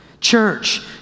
Church